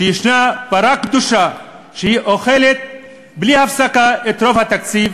שישנה פרה קדושה שאוכלת בלי הפסקה את רוב התקציב